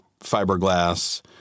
fiberglass